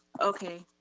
okay.